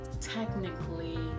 technically